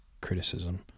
criticism